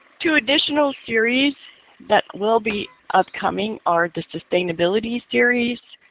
two additional series that will be upcoming are the sustainability series